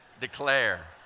declare